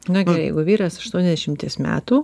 na jeigu vyras aštuoniasdešimties metų